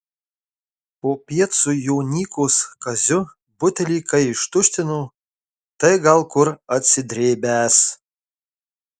popiet su jonykos kaziu butelį kai ištuštino tai gal kur atsidrėbęs